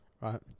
right